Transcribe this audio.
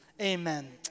amen